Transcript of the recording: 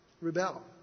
rebel